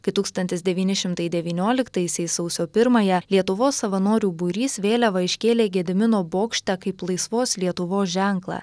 kai tūkstantis devyni šimtai devynioliktaisiais sausio pirmąją lietuvos savanorių būrys vėliavą iškėlė gedimino bokšte kaip laisvos lietuvos ženklą